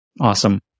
Awesome